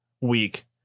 week